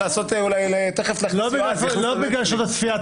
לא בגלל שעות הצפייה.